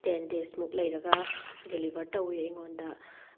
ten days ꯃꯨꯛ ꯂꯩꯔꯒ deliver ꯇꯧꯋꯦ ꯑꯩꯉꯣꯟꯗ